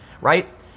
Right